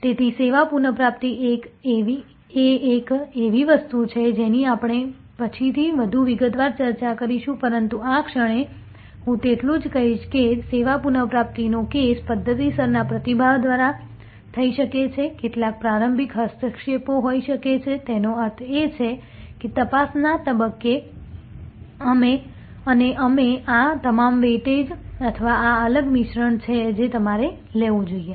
તેથી સેવા પુનઃપ્રાપ્તિ એ એક એવી વસ્તુ છે જેની આપણે પછીથી વધુ વિગતવાર ચર્ચા કરીશું પરંતુ આ ક્ષણે હું એટલું જ કહીશ કે સેવા પુનઃપ્રાપ્તિ નો કેસ પદ્ધતિસરના પ્રતિભાવ દ્વારા થઈ શકે છે કેટલાક પ્રારંભિક હસ્તક્ષેપો હોઈ શકે છે તેનો અર્થ એ છે કે તપાસના તબક્કે અને અમે આ તમામ વેઇટેજ અથવા આ અલગ મિશ્રણ છે જે તમારે લેવું જોઈએ